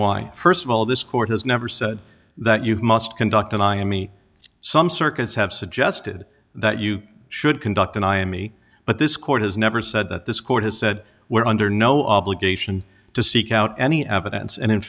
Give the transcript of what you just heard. why st of all this court has never said that you must conduct and i am me some circuits have suggested that you should conduct an eye on me but this court has never said that this court has said we're under no obligation to seek out any evidence and in